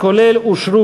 נגד 41, אין